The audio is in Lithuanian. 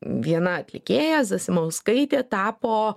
viena atlikėja zasimauskaitė tapo